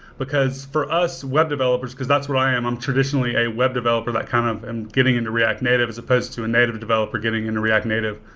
for us web developers, because that's what i am, i'm traditionally a web developer that kind of i'm getting into react native as supposed to a native developer getting into react native,